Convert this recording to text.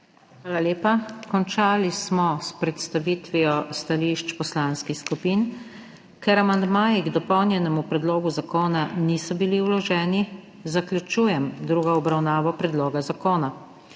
Hvala lepa. Končali smo s predstavitvijo stališč poslanskih skupin. Ker amandmaji k dopolnjenemu predlogu zakona niso bili vloženi, zaključujem drugo obravnavo predloga zakona.